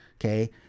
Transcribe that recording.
okay